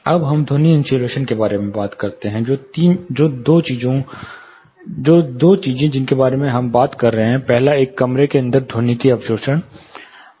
अब हम ध्वनि इन्सुलेशन के बारे में बात करते हैं दो चीजें जिनके बारे में हम बात कर रहे हैं पहले एक कमरे के अंदर ध्वनिकी अवशोषण था